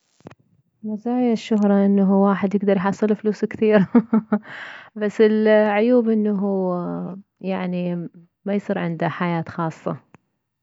مزايا الشهرة انه واحد يكدر يحصل فلوس كثير بس العيوب انه يعني مايصير عنده حياة خاصة